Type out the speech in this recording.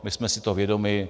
My jsme si toho vědomi.